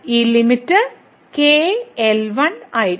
ഈ limit kL1 ആയിരിക്കും